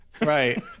right